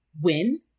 win